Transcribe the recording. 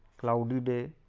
cloudy day,